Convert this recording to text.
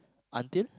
until